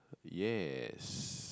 yes